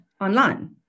online